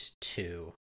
two